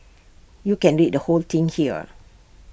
you can read the whole thing here